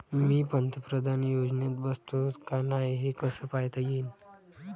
मी पंतप्रधान योजनेत बसतो का नाय, हे कस पायता येईन?